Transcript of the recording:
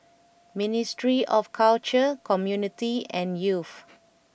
Ministry of Culture Community and Youth